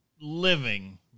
Living